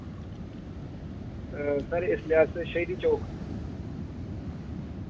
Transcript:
sir इसलै अस शहीदी चौक